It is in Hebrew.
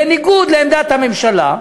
בניגוד לעמדת הממשלה,